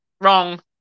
Wrong